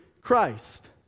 Christ